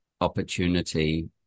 opportunity